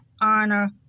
honor